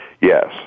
Yes